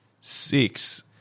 six